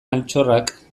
altxorrak